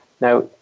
Now